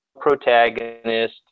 protagonist